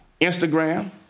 Instagram